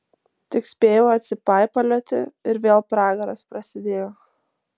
tik spėjau atsipaipalioti ir vėl pragaras prasidėjo